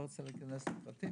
ואני לא רוצה להיכנס לפרטים.